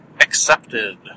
Accepted